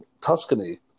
Tuscany